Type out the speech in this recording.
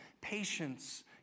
patience